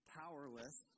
powerless